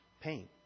pain